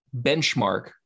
benchmark